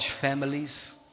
families